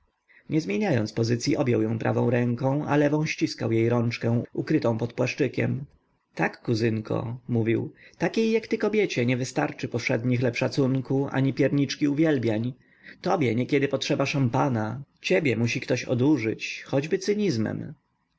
nie zmieniając pozycyi objął ją prawą ręką a lewą ściskał jej rączkę ukrytą pod płaszczykiem tak kuzynko mówił takiej jak ty kobiecie nie wystarczy powszedni chleb szacunku ani pierniczki uwielbień tobie niekiedy potrzeba szampana ciebie musi ktoś odurzyć choćby